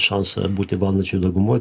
šansą būti valdančioj daugumoj